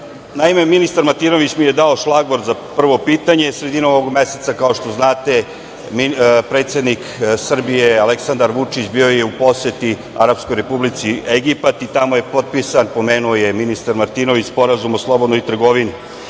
ministar Martinović mi je dao šlagvort za prvo pitanje. Sredinom ovog meseca kao što znate, predsednik Srbije, Aleksandar Vučić bio je u poseti arapskoj Republici Egipat i tamo je potpisan, pomenuo je ministar Martinović, sporazum o slobodnoj trgovini.